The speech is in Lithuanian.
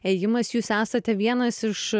ėjimas jūs esate vienas iš